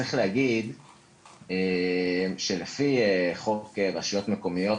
צריך להגיד שלפי חוק רשויות מקומיות,